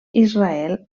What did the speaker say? israel